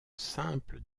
simple